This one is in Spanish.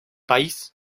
país